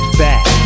back